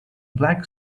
black